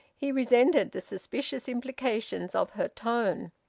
he resented the suspicious implications of her tone.